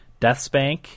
Deathspank